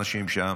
-- של האנשים שם,